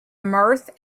mirth